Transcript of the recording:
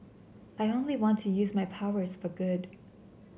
I only want to use my powers for good